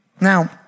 Now